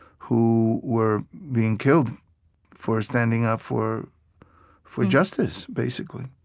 who were being killed for standing up for for justice, basically.